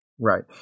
Right